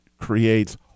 creates